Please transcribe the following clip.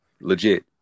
legit